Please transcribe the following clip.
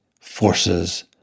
forces